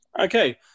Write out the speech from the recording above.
Okay